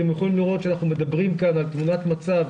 אתם יכולים לראות שאנחנו מדברים כאן על תמונת מצב